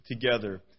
together